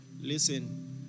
Listen